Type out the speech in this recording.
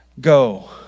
go